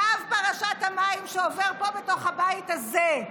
קו פרשת המים, שעובר פה, בתוך הבית הזה,